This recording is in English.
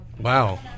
Wow